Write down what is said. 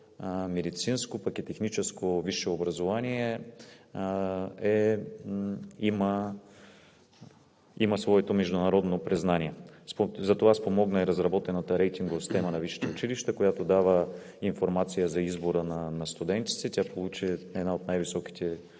медицинско, пък и техническо висше образование, има своето международно признание. За това спомогна и разработената рейтингова система на висшите училища, която дава информация за избора на студентите. Тя получи оценка,